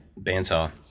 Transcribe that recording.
bandsaw